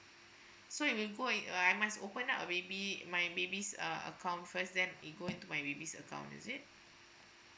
so it'll go in uh I must open up a baby my baby's uh account first then it go into my baby's account is it